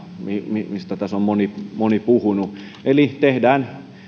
mistä tässä on moni moni puhunut eli tehdään